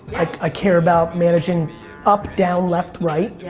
like ah care about managing up, down, left, right. yeah